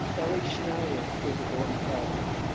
ellie schneider was a born fighter.